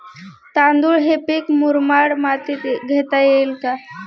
तांदूळ हे पीक मुरमाड मातीत घेता येईल का?